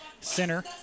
center